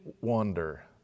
wonder